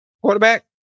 Quarterback